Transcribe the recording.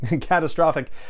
catastrophic